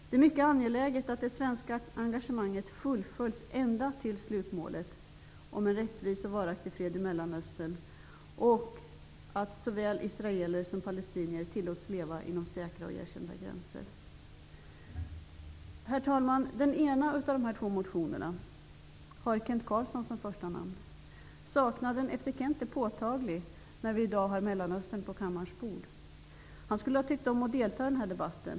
Det är mycket angeläget att det svenska engagemanget fullföljs ända till slutmålet om en rättvis och varaktig fred i Mellanöstern och tills både israeler och palestinier tillåts leva inom säkra och erkända gränser. Herr talman! Den ena av de här två motionerna har Kent Carlsson som första namn. Saknaden efter honom är påtaglig när vi i dag diskuterar Mellanöstern i kammaren. Kent Carlsson skulle ha tyckt om att delta i den här debatten.